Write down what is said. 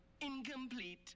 Incomplete